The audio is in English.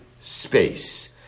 space